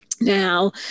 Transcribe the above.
Now